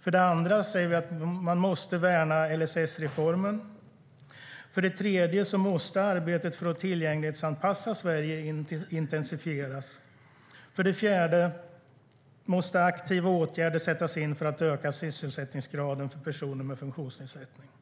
För det andra måste man värna LSS-reformen. För det tredje måste arbetet för att tillgänglighetsanpassa Sverige intensifieras. För det fjärde måste aktiva åtgärder sättas in för att öka sysselsättningsgraden för personer med funktionsnedsättning.